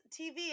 TV